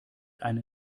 ein